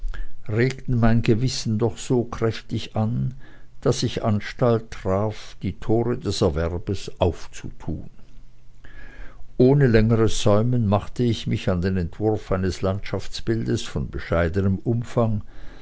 regten mein gewissen doch so kräftig an daß ich anstalt traf die tore des erwerbes aufzutun ohne längeres säumen machte ich mich an den entwurf eines landschaftsbildes von bescheidenem umfang